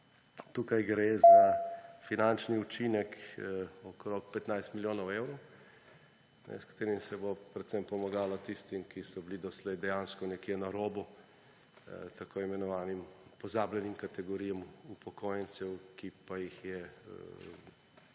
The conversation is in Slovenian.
Tukaj gre za finančni učinek okoli 15 milijonov evrov, s katerim se bo predvsem pomagalo tistim, ki so bili doslej dejansko nekje na robu, tako imenovanim pozabljenim kategorijam upokojencev, ki pa jih je